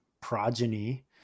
progeny